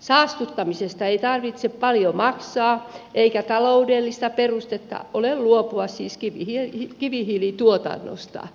saastuttamisesta ei tarvitse paljoa maksaa eikä taloudellista perustetta ole luopua siis kivihiilituotannosta